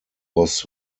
was